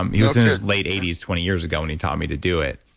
um he was in his late eighty s twenty years ago when he taught me to do it.